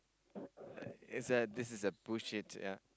it's a this is a bullshit ya